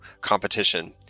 competition